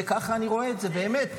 ככה אני רואה את זה, באמת.